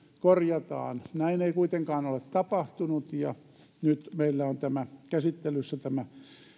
korjataan näin ei kuitenkaan ole tapahtunut ja nyt meillä on käsittelyssä tämä